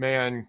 Man